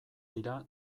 dira